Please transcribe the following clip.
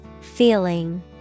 Feeling